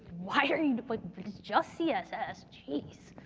why are you it's just css, jeez.